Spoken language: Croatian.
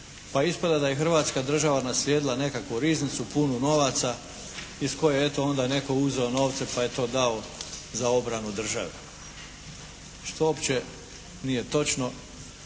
pa ispada da je Hrvatska država naslijedila nekakvu riznicu puno novaca iz koje eto onda je netko uzeo novce pa je to dao za obranu države, što uopće nije točno.